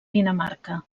dinamarca